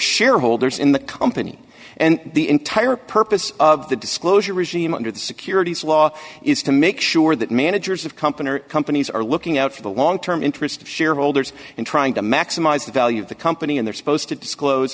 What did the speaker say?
shareholders in the company and the entire purpose of the disclosure regime under the securities law is to make sure that managers of company companies are looking out for the long term interests of shareholders and trying to maximize the value of the company and they're supposed to disclose